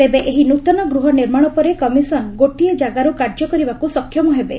ତେବେ ଏହି ନୃତନ ଗୃହ ନିର୍ମାଣ ପରେ କମିଶନ୍ ଗୋଟିଏ ଜାଗାରୁ କାର୍ଯ୍ୟ କରିବାକୁ ସକ୍ଷମ ହେବେ